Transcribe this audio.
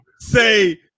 say